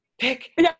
pick